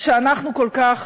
שאנחנו כל כך